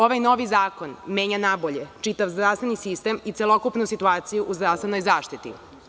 Ovaj novi zakon menja na bolje čitav zdravstveni sistem i celokupnu situaciju u zdravstvenoj zaštiti.